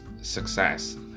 success